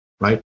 right